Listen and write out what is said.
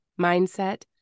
mindset